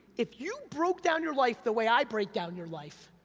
if you broke down your life the way i break down your life,